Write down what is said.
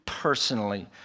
Personally